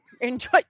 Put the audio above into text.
enjoy